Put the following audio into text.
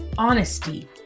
honesty